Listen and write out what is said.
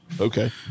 Okay